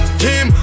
team